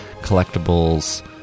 collectibles